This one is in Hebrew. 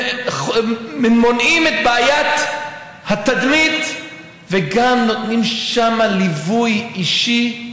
מונעים את בעיית התדמית וגם נותנים שם ליווי אישי,